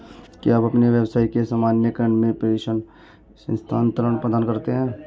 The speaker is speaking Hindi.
क्या आप अपने व्यवसाय के सामान्य क्रम में प्रेषण स्थानान्तरण प्रदान करते हैं?